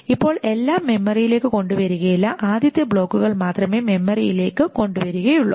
ഇപ്പോൾ എല്ലാം മെമ്മറിയിലേക്ക് കൊണ്ടുവരികയില്ല ആദ്യത്തെ ബ്ലോക്കുകൾ മാത്രമേ മെമ്മറിയിലേക്ക് കൊണ്ടുവരികയുള്ളൂ